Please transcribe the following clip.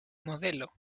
modelo